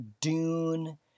Dune